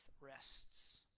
rests